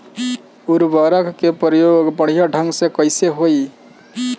उर्वरक क प्रयोग बढ़िया ढंग से कईसे होई?